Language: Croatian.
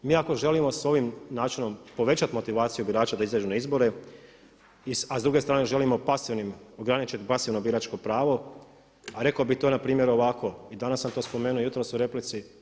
Mi ako želimo s ovim načinom povećati motivaciju birača da izađu na izbore, a s druge strane želimo ograničiti pasivno biračko pravo, a rekao bih to npr. ovako i danas sam to spomenuo i jutros u replici.